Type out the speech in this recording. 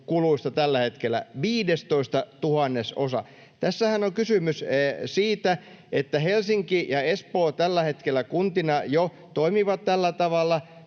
kuluista tällä hetkellä — viidestoistatuhannesosa. Tässähän on kysymys siitä, että Helsinki ja Espoo jo tällä hetkellä kuntina toimivat tällä tavalla.